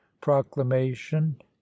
proclamation